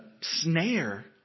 snare